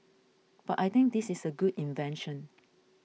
but I think this is a good invention